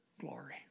glory